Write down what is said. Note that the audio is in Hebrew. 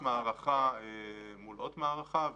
תעודת מערכה מול אות מערכה.